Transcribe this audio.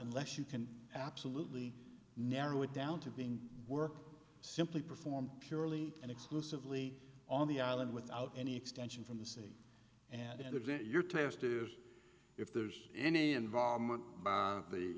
unless you can absolutely narrow it down to being work simply perform purely and exclusively on the island without any extension from the city and your task if there's any involvement by the